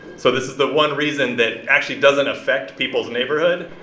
so this is the one reason that actually doesn't affect people's neighborhood,